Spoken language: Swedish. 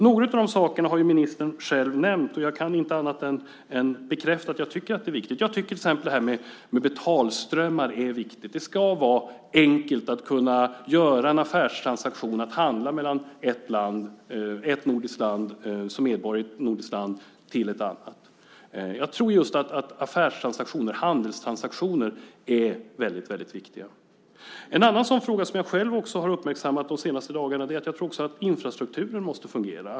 Några av dessa saker har ju ministern själv nämnt och jag kan inte annat än bekräfta att jag tycker att det är viktigt. Jag tycker till exempel att det här med betalströmmar är viktigt. Det ska vara enkelt att göra en affärstransaktion, att handla som medborgare i ett nordiskt land i ett annat nordiskt land. Jag tror just att affärstransaktioner, handelstransaktioner, är väldigt viktiga. En annan fråga, som jag själv också har uppmärksammat de senaste dagarna, är att jag tror att infrastrukturen måste fungera.